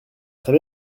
très